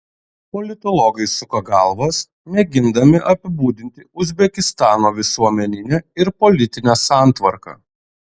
politologai suka galvas mėgindami apibūdinti uzbekistano visuomeninę ir politinę santvarką